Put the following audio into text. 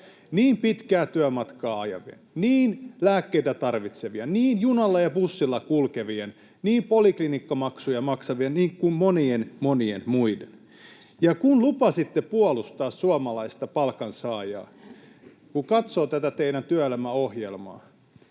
niin pitkää työmatkaa ajavien, lääkkeitä tarvitsevien, junalla ja bussilla kulkevien, poliklinikkamaksuja maksavien kuin monien, monien muiden. Ja kun lupasitte puolustaa suomalaista palkansaajaa, niin kun katsoo tätä teidän työelämäohjelmaa